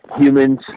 humans